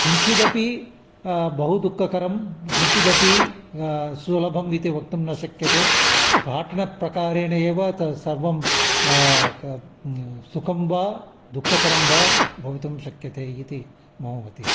किञ्चिदपि बहु दुःखकरं किञ्चिदपि सुलभम् इति वक्तुं न शक्यते पाठणप्रकारेण एव तत् सर्वं कः सुखं वा दुःखतरं वा भवितुं शक्यते इति मम मतिः